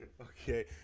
Okay